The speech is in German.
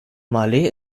malé